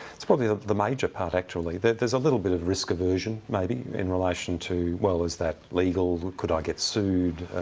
it's probably the the major part, actually. there's a little bit of risk aversion, maybe, in relation to, well, is that legal? could i get sued